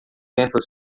sentam